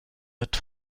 mit